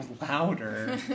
louder